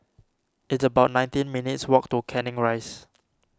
it's about nineteen minutes' walk to Canning Rise